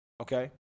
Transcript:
Okay